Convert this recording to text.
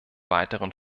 weiteren